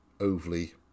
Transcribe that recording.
overly